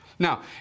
Now